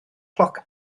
cloc